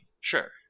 Sure